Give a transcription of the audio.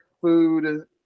food